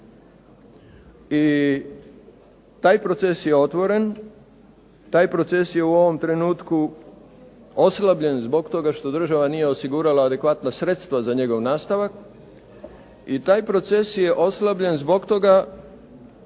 I taj proces je otvoren, taj proces je u ovom trenutku oslabljen zbog toga što država nije osigurala adekvatna sredstva za njegov nastavak i taj proces je oslabljen zbog toga